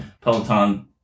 Peloton